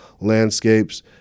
landscapes